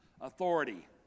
authority